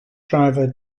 driver